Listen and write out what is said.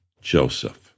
Joseph